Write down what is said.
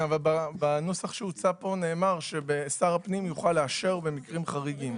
בנוסח שמוצע פה נאמר ששר הפנים יוכל לאשר במקרים חריגים.